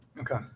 Okay